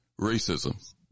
racism